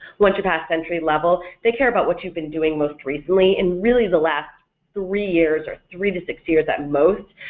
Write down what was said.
once you pass entry level, they care about what you've been doing most recently, in really the last three years or three to six years at most,